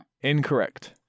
Incorrect